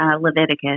Leviticus